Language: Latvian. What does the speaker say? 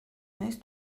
mēs